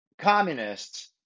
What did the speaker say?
communists